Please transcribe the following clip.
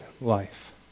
life